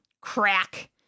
Crack